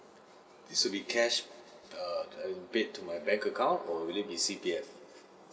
this would be cash err paid to my bank account or would it be C_P_F